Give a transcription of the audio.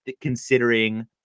considering